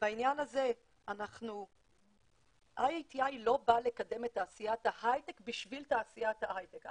ובעניין הזה IATI לא באה לקדם את תעשיית ההייטק בשביל תעשיית ההייטק.